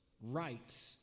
right